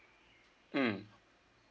mm